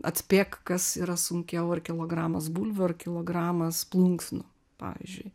atspėk kas yra sunkiau ar kilogramas bulvių ar kilogramas plunksnų pavyzdžiui